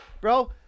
bro